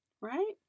Right